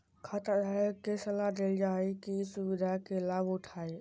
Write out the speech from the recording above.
खाताधारक के सलाह देल जा हइ कि ई सुविधा के लाभ उठाय